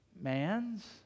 Man's